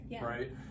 right